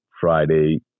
Friday